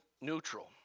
neutral